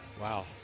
Wow